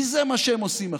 כי זה מה שהם עושים עכשיו,